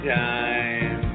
time